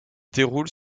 déroule